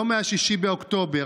לא מ-6 באוקטובר.